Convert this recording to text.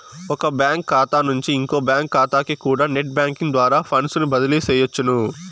ఒక బ్యాంకు కాతా నుంచి ఇంకో బ్యాంకు కాతాకికూడా నెట్ బ్యేంకింగ్ ద్వారా ఫండ్సుని బదిలీ సెయ్యొచ్చును